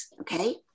okay